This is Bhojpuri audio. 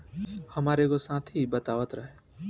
हामार एगो साथी बतावत रहे